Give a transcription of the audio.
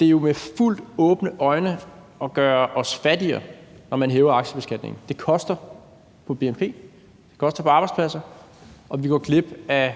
Det er jo med fuldt åbne øjne at gøre os fattigere, når man hæver aktiebeskatningen. Det koster på bnp, det koster på arbejdspladser, og vi går glip af